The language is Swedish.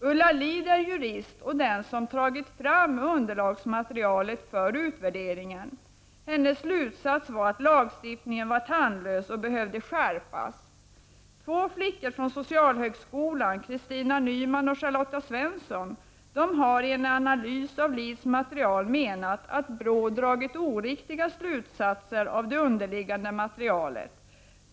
Ulla Lid är jurist och den som har tagit fram underlagsmaterialet till utvärderingen. Hennes slutsats var att lagstiftningen var tandlös och behövde skärpas. Två flickor från socialhögskolan, Kristina Nyman och Charlotta Svensson, har i en analys av Lids material sagt att BRÅ dragit oriktiga slutsatser av det underliggande materialet.